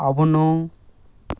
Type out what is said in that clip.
అవును